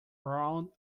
round